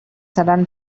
seran